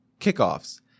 kickoffs